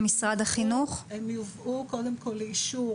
הם יובאו קודם כול לאישור